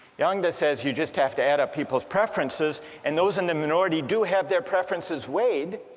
youngda says you just have to add up people's preferences and those in the minority do have their preferences weighed.